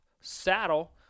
saddle